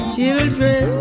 Children